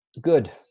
Good